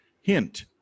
Hint